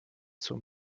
zum